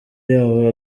yawo